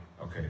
okay